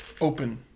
open